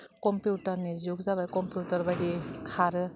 कम्पिउटारनि जुग जाबाय कम्पिउटार बायदि खारो